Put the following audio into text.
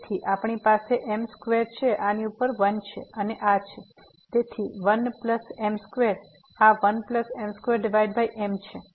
તેથી આપણી પાસે m2 છે આની ઉપર 1 છે અને આ છે તેથી 1 પ્લસ m2 આ 1m2m છે